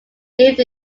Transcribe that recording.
live